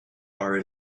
far